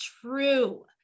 true